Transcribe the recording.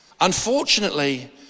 Unfortunately